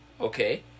okay